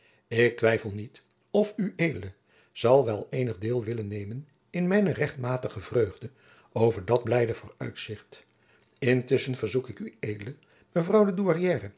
ik twijfel niet of ued zal wel eenig deel willen nemen in mijne rechtmatige vreugde over dat blijde vooruitzicht intusschen verzoek ik ued mevrouw de